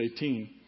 18